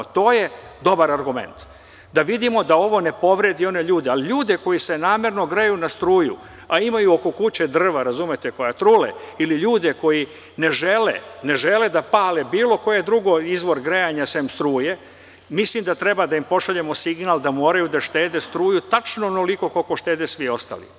To je dobar argumente, da vidimo da ovo ne povredi one ljude, ali ljude koji se namerno greju na struju, a imaju oko kuće drva koja trule, ili ljude koji ne žele da pale bilo koji drugi izvor grejanja sem struje, mislim da treba da im pošaljemo signal da moraju da štede struju tačno onoliko koliko štede svi ostali.